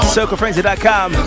CircleFrenzy.com